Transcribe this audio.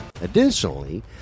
Additionally